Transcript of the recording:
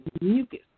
mucus